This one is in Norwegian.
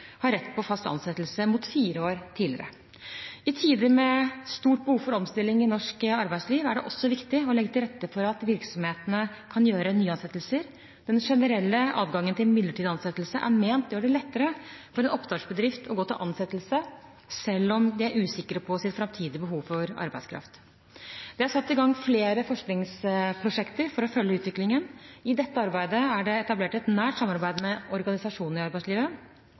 har rett på fast ansettelse, mot fire år tidligere. I tider med stort behov for omstilling i norsk arbeidsliv er det også viktig å legge til rette for at virksomhetene kan gjøre nyansettelser. Den generelle adgangen til midlertidig ansettelse er ment å gjøre det lettere for en oppstartsbedrift å gå til ansettelse, selv om de er usikre på sitt framtidige behov for arbeidskraft. Det er satt i gang flere forskningsprosjekter for å følge utviklingen. I dette arbeidet er det etablert et nært samarbeid med organisasjonene i arbeidslivet.